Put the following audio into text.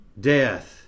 death